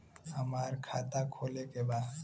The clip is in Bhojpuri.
हमार खाता खोले के बा?